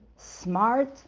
smart